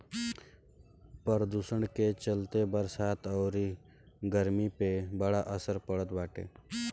प्रदुषण के चलते बरसात अउरी गरमी पे बड़ा असर पड़ल बाटे